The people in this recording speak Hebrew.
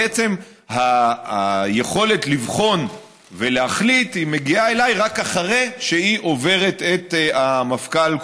בעצם היכולת לבחון ולהחליט מגיעה אליי רק אחרי שהיא עוברת את המפכ"ל,